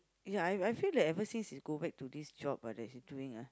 yeah I I feel that ever since he go back to this job ah that he's doing ah